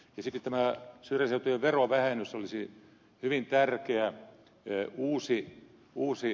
siksi tämä syrjäseutujen verovähennys olisi hyvin tärkeä uusi muoto